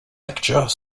lecture